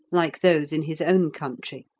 like those in his own country.